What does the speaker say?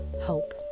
hope